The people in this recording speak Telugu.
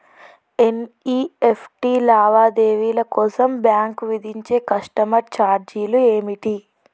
ఎన్.ఇ.ఎఫ్.టి లావాదేవీల కోసం బ్యాంక్ విధించే కస్టమర్ ఛార్జీలు ఏమిటి?